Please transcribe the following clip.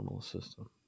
system